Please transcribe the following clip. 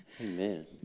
Amen